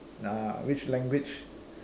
nah which language